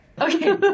okay